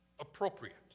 appropriate